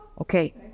Okay